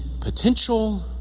potential